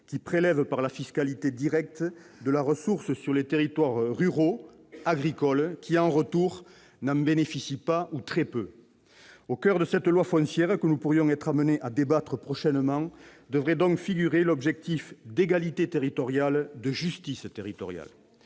-qui prélèvent, par la fiscalité directe, des ressources sur les territoires ruraux agricoles qui, en retour, n'en bénéficient pas ou très peu. Au coeur de la loi foncière dont nous pourrions être amenés à débattre prochainement devrait donc figurer l'objectif d'égalité territoriale, de justice territoriale.